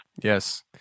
Yes